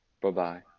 Bye-bye